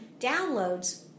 downloads